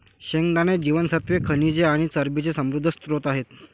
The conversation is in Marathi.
शेंगदाणे जीवनसत्त्वे, खनिजे आणि चरबीचे समृद्ध स्त्रोत आहेत